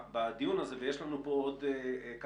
אנחנו בדיון הזה ויש לנו כמה גורמים,